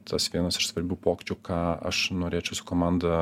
tas vienas iš svarbių pokyčių ką aš norėčiau su komanda